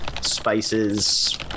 spices